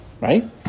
Right